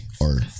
or-